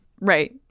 Right